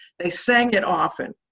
they sang it often,